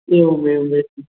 एवम् एवम् एवम्